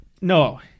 No